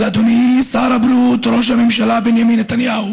אבל אדוני שר הבריאות, ראש הממשלה בנימין נתניהו